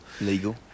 Legal